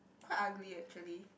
quite ugly actually